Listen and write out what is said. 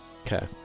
Okay